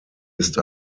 ist